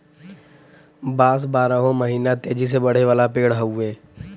बांस बारहो महिना तेजी से बढ़े वाला पेड़ हउवे